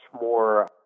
more